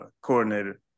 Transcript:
coordinator